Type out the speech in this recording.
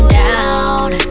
down